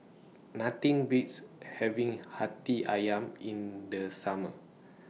Nothing Beats having Hati Ayam in The Summer